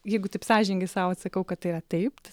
jeigu taip sąžiningai sau atsakau kad tai yra taip